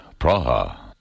Praha